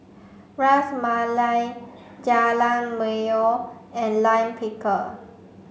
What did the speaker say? Ras Malai Jajangmyeon and Lime Pickle